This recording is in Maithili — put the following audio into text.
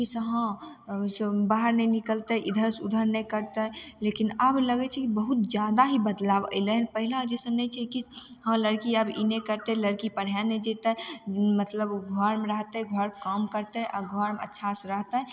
कि से हँ बाहर नहि निकलतय इधर सँ उधर नहि करतय लेकिन आब लगय छै कि बहुत जादा ही बदलाव एलय पहिला जैसन नहि छै कि लड़की आब ई नहि करतय लड़की पढ़य नहि जेतय मतलब घरमे रहतय घरके काम करतय आओर घर अच्छासँ राखतय